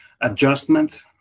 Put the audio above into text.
adjustment